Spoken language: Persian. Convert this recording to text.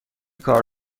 کار